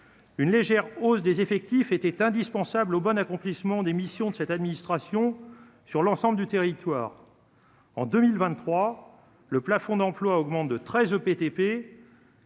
une légère hausse des effectifs étaient indispensables au bon accomplissement des missions de cette administration, sur l'ensemble du territoire en 2023, le plafond d'emplois augmenté de 13 opé